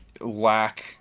lack